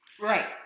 Right